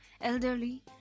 elderly